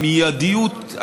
המיידיות,